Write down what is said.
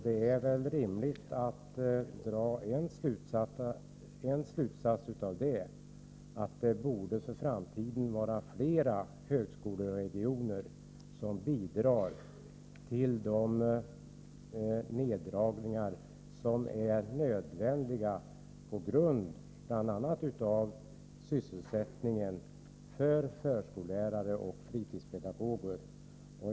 Det är väl rimligt att dra en slutsats av det, nämligen att för framtiden borde flera högskoleregioner vara delaktiga i de neddragningar som är nödvändiga på grund av bl.a. sysselsättningen för förskollärare och fritidspedagoger.